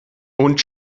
und